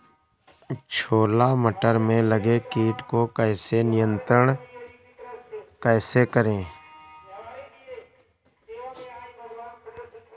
छोला मटर में लगे कीट को नियंत्रण कैसे करें?